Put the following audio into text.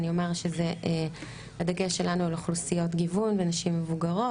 אני אומר שהדגש שלנו הוא על אוכלוסיות גיוון ונשים מבוגרות.